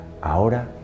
ahora